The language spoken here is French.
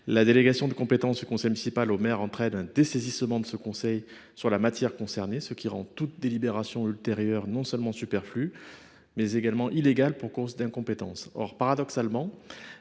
la délégation de compétence du conseil municipal au maire entraîne le dessaisissement du conseil municipal sur la matière concernée, ce qui rend toute délibération ultérieure non seulement superflue, mais également illégale pour cause d’incompétence. Or, paradoxalement,